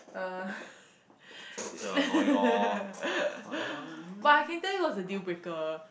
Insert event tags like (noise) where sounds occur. uh (laughs) but I can tell you what's a deal breaker